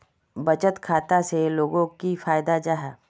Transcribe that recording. बचत खाता से लोगोक की फायदा जाहा?